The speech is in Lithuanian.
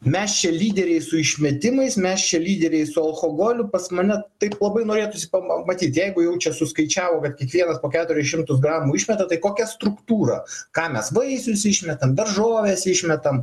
mes čia lyderiai su išmetimais mes čia lyderiai su alkoholiu pas mane taip labai norėtųsi pam matyt jeigu jau čia suskaičiavo kad kiekvienas po keturis šimtus gramų išmeta tai kokia struktūra ką mes vaisius išmetam daržoves išmetam